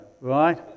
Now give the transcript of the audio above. right